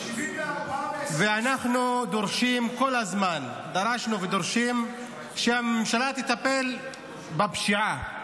אנחנו דרשנו ודורשים כל הזמן שהממשלה תטפל בפשיעה.